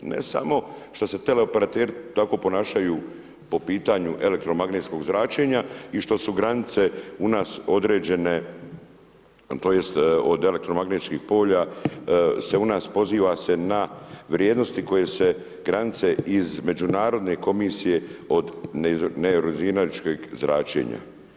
Ne samo što se tele operateri tako ponašaju po pitanju elektromagnetskog zračenja i što su granice u nas određene, tj. od elektromagnetskih polja se u nas poziva se na vrijednosti koje se granice iz međunarodne komisije od … zračenja.